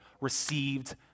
received